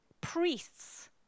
priests